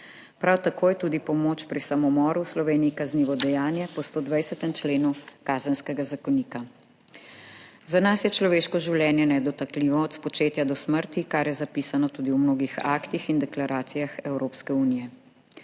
Prav tako je tudi pomoč pri samomoru v Sloveniji kaznivo dejanje po 120. členu Kazenskega zakonika. Za nas je človeško življenje nedotakljivo od spočetja do smrti, kar je zapisano tudi v mnogih aktih in deklaracijah Evropske unije.